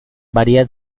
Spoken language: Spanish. varía